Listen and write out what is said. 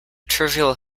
trivial